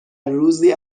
روزی